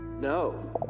No